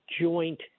joint